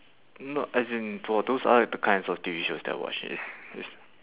no no as in for those I like the kinds of shows that I watch is is